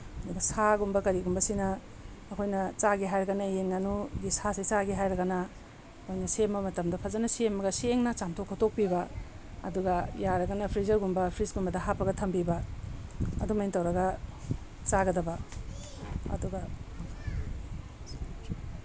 ꯑꯗꯨꯒ ꯁꯥꯒꯨꯝꯕ ꯀꯔꯤꯒꯨꯝꯕꯁꯤꯅ ꯑꯩꯈꯣꯏꯅ ꯆꯥꯒꯦ ꯍꯥꯏꯔꯒꯅ ꯌꯦꯟ ꯉꯥꯅꯨꯒꯤ ꯁꯥꯁꯦ ꯆꯥꯒꯦ ꯍꯥꯏꯔꯒꯅ ꯑꯩꯈꯣꯏꯅ ꯁꯦꯝꯕ ꯃꯇꯝꯗ ꯐꯖꯅ ꯁꯦꯝꯃꯒ ꯁꯦꯡꯅ ꯆꯥꯝꯊꯣꯛ ꯈꯣꯠꯇꯣꯛꯄꯤꯕ ꯑꯗꯨꯒ ꯌꯥꯔꯒꯅ ꯐ꯭ꯔꯤꯖꯔꯒꯨꯝꯕ ꯐ꯭ꯔꯤꯖꯀꯨꯝꯕꯗ ꯍꯥꯞꯞꯒ ꯊꯝꯕꯤꯕ ꯑꯗꯨꯃꯥꯏꯅ ꯇꯧꯔꯒ ꯆꯥꯒꯗꯕ ꯑꯗꯨꯒ